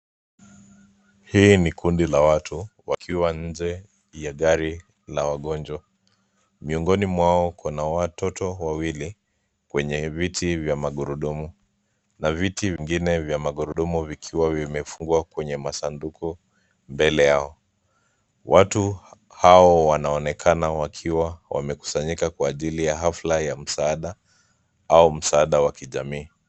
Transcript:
Hii ni kundi la watu wakiwa nje ya gari la wagonjwa, miongoni mwao kuna watoto wawili wenye viti vya magurudumu, na viti vingine vya magurudumu vikiwa vimefungwa kwenye masanduku mbele yao. Watu hao wanaonekana wakiwa wamekusanyika kwa ajili ya hafla ya msaada au msaada wa kijamii.